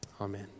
Amen